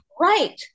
Right